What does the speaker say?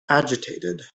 agitated